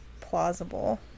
plausible